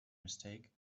mistake